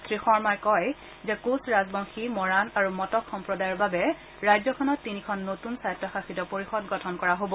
শ্ৰীশৰ্মাই কয় যে কোঁচ ৰাজবংশী মৰাণ আৰু মটক সম্প্ৰদায়ৰ বাবে ৰাজ্যখনত তিনিখন নতুন স্বায়ত্ব শাসিত পৰিষদ গঠন কৰা হ'ব